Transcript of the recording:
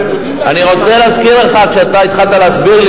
אתם יודעים להשיג מה שאתם רוצים.